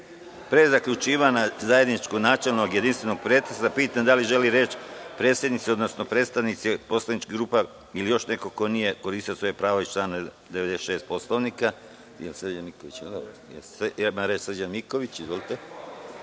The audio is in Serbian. pre zaključivanja zajedničkog načelnog i jedinstvenog pretresa, pitam da li žele reč predsednici, odnosno predstavnici poslaničkih grupa ili još neko ko nije iskoristio svoje pravo iz člana 96. Poslovnika? Reč